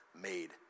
made